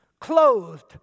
clothed